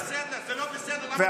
זה לא בסדר, זה לא בסדר, למה, למה.